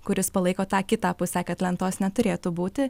kuris palaiko tą kitą pusę kad lentos neturėtų būti